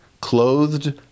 clothed